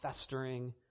festering